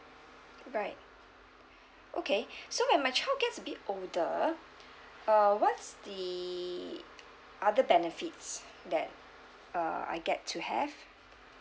right okay so when my child gets bit older uh what's the other benefits that uh I get to have